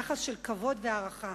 יחס של כבוד והערכה,